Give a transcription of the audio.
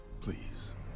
Please